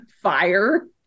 fire